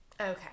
okay